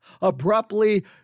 abruptly